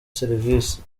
serivisi